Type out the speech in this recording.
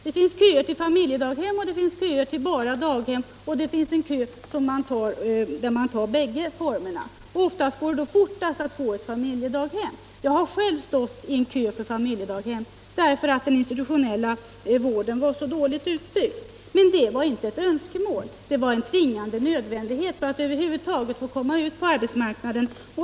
Det finns köer till familjedaghem, köer enbart till daghem och köer för bägge tillsynsformerna. Oftast går det snabbast att få ett familjedaghem. Jag har själv stått i kö för familjedaghem, eftersom den institutionella vården var så dåligt utbyggd, men det var inte vad jag önskade utan en tvingande nödvändighet för att jag skulle kunna komma ut på arbetsmarknaden.